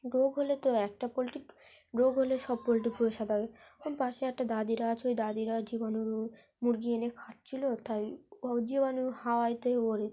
রোগ হলে তো একটা পোলট্রির রোগ হলে সব পোলট্রি পুরো সাদা হয়ে ও পাশে একটা দাদীরা আছে ওই দাদীরা জীবাণুর মুরগি এনে খাওয়াচ্ছিল তাই ও জীবাণু হাওয়াতে ওড়ে